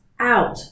out